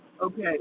Okay